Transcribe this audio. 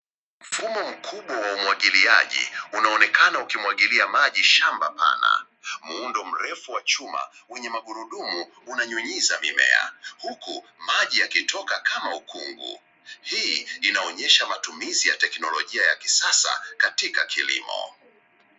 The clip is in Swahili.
Mfumo mkubwa wa umwagiliaji unaonekana ukimwagilia maji shamba pana. Muundo mrefu wa chuma wenye magurudumu unanyunyiza mimea huku maji yakitoka kama ukungu. Hii inaonyesha matumizi ya teknolojia ya kisasa katika kilimo.